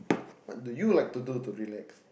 what do you like to do to relax